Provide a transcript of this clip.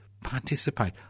participate